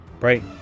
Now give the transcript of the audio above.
Right